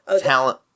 talent